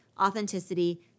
authenticity